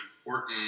important